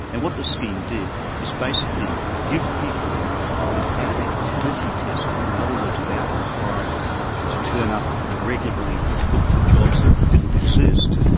and what the scheme did is basically give people income without activity testing. in and other words, without requiring them to turn up regularly to look for jobs that didn't exist.